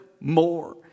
more